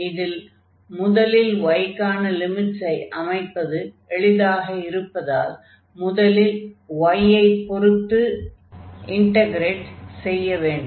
இதில் முதலில் y க்கான லிமிட்ஸ்ஐ அமைப்பது எளிதாக இருப்பதால் முதலில் y ஐ பொருத்து இன்டக்ரேட் செய்ய வேண்டும்